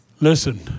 Listen